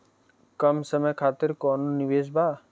कम समय खातिर कौनो निवेश बा?